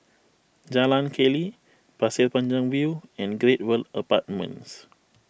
Jalan Keli Pasir Panjang View and Great World Apartments